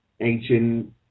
ancient